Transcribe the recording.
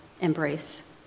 embrace